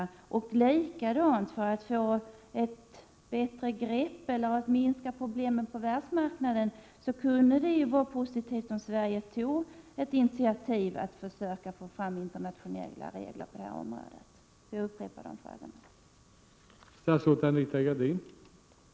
Likaså kunde det vara positivt för att få ett bättre grepp om eller minska problemen på världsmarknaden om Sverige tog ett initiativ för att få fram internationella regler på detta område. Jag upprepar alltså mina frågor.